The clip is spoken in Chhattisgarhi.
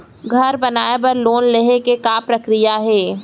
घर बनाये बर लोन लेहे के का प्रक्रिया हे?